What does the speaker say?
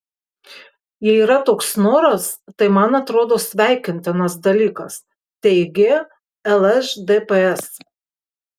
jei yra toks noras tai man atrodo sveikintinas dalykas teigė lšdps